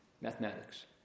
Mathematics